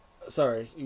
Sorry